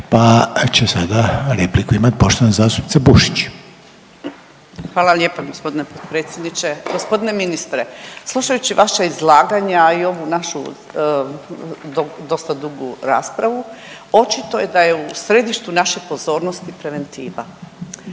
pa će sada repliku imati poštovana zastupnica Bušić. **Bušić, Zdravka (HDZ)** Hvala lijepa g. potpredsjedniče. G. ministre, slušajući vaša izlaganja, a i ovu našu dosta dugu raspravu, očito je da je u središtu naše pozornosti preventiva.